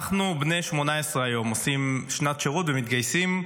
אנחנו בני 18 היום, עושים שנת שירות ומתגייסים,